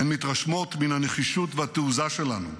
הן מתרשמות מן הנחישות והתעוזה שלנו,